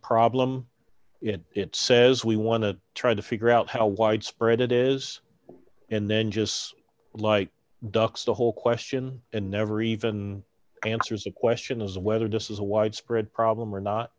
problem it says we want to try to figure out how widespread it is and then just like ducks the whole question and never even answers the question is whether this is a widespread problem or not